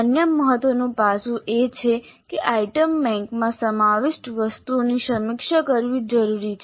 અન્ય મહત્વનું પાસું એ છે કે આઇટમ બેંકમાં સમાવિષ્ટ વસ્તુઓની સમીક્ષા કરવી જરૂરી છે